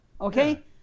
okay